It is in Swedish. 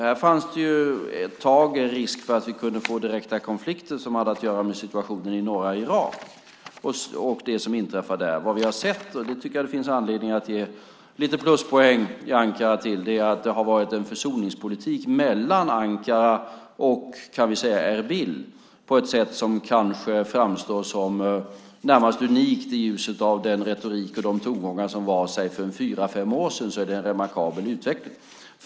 Här fanns det ett tag risk för att vi skulle få direkta konflikter som hade att göra med situationen i norra Irak och det som inträffar där. Jag tycker att det finns anledning att ge lite pluspoäng i Ankara för att det finns en försoningspolitik mellan Ankara och Erbil på ett sätt som kanske framstår som närmast unikt. I ljuset av den retorik och de tongångar som var för fyra fem år sedan är det en remarkabel utveckling.